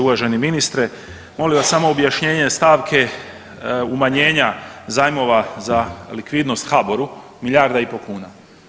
Uvaženi ministre molio bih vas samo objašnjenje stavke umanjenja zajmova za likvidnost HABOR-u milijarda i po kuna.